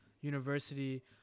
university